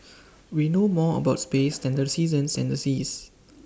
we know more about space than the seasons and the seas